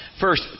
First